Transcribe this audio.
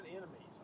enemies